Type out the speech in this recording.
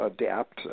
adapt